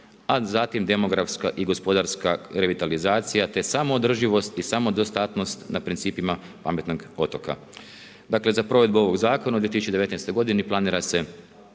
a zatim demografska i gospodarska revitalizacija te samo održivost i samo dostatnost na principima pametnog otoka. Dakle za provedbu ovog zakona u 2019. planira se